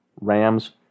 Rams